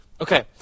Okay